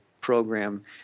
Program